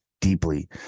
deeply